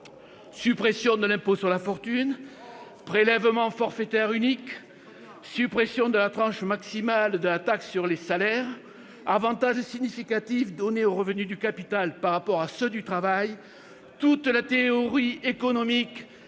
suppression de l'impôt sur la fortune, ... Oh !...... prélèvement forfaitaire unique, ... Très bien !... suppression de la tranche maximale de la taxe sur les salaires, avantages significatifs donnés aux revenus du capital par rapport à ceux du travail, toute la théorie économique de